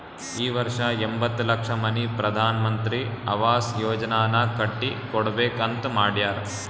ಈ ವರ್ಷ ಎಂಬತ್ತ್ ಲಕ್ಷ ಮನಿ ಪ್ರಧಾನ್ ಮಂತ್ರಿ ಅವಾಸ್ ಯೋಜನಾನಾಗ್ ಕಟ್ಟಿ ಕೊಡ್ಬೇಕ ಅಂತ್ ಮಾಡ್ಯಾರ್